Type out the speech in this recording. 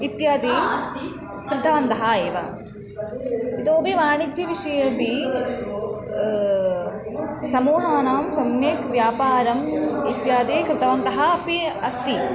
इत्यादि कृतवन्तः एव इतोपि वाणिज्यविषयेपि समूहानां सम्यक् व्यापारम् इत्यादि कृतवन्तः अपि अस्ति